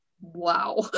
wow